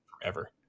forever